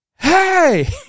hey